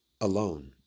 alone